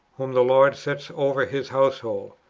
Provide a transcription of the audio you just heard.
whom the lord sets over his household,